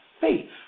faith